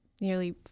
nearly